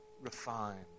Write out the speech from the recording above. refined